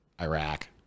Iraq